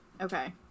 Okay